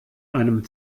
einem